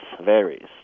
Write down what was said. varies